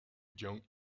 jung